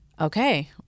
okay